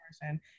person